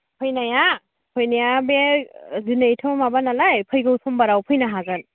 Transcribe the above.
फैनाया फैनाया बे दिनैथ' माबानालाय फैगौ समबाराव फैनो हागोन